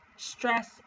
Stress